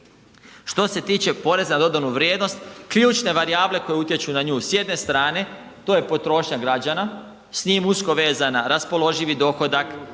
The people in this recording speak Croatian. Što se tiče poreza na dodanu vrijednost ključne varijable koje utječu na nju s jedne strane to je potrošnja građana s njim usko vezana raspoloživi dohodak,